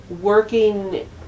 working